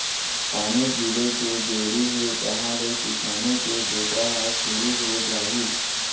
पानी गिरे के देरी हे तहॉं ले किसानी के बूता ह सुरू हो जाही